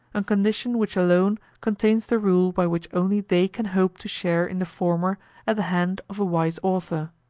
a condition which alone contains the rule by which only they can hope to share in the former at the hand of a wise author.